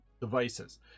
devices